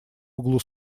углу